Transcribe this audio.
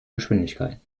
geschwindigkeiten